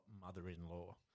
mother-in-law